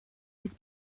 his